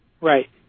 Right